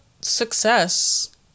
success